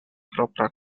propra